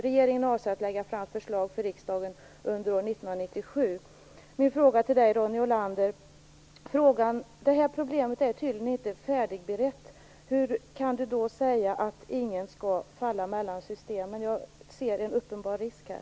Regeringen avger att lägga fram förslag för riksdagen under år 1997." Den här problematiska frågan är tydligen inte färdigberedd. Hur kan Ronny Olander då säga att ingen skall falla mellan systemen? Jag ser en uppenbar risk här.